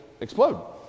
explode